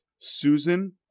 susan